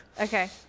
Okay